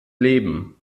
leben